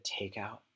takeout